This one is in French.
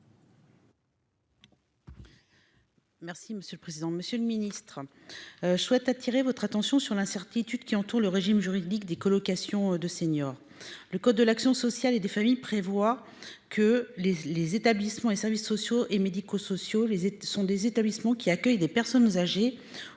Merci monsieur le président, Monsieur le Ministre. Je souhaite attirer votre attention sur l'incertitude qui entoure le régime juridique des colocations de seniors. Le code de l'action sociale et des familles prévoit que les les établissements et services sociaux et médico-sociaux, les études sont des établissements qui accueillent des personnes âgées